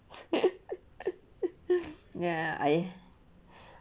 ya I